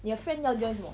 你的 friend 要 join 什么